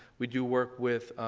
we do work with